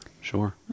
sure